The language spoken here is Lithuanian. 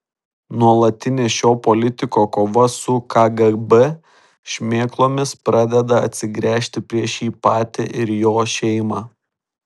nuolatinė šio politiko kova su kgb šmėklomis pradeda atsigręžti prieš jį patį ir jo šeimą